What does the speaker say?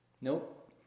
Nope